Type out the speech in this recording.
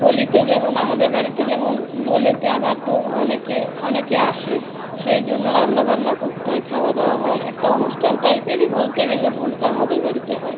হোলিতে যেমন আমাদের বাড়িতে যেমন দোলেতে আবার ধরুন অনেকে অনেকে আসে সেই জন্য রান্নাবান্না করতে হয় খাওয়া দাওয়া হয় একটা অনুষ্ঠান টাইপেরই বলতে গেলে দোলটা আমাদের বাড়িতে হয়